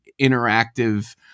interactive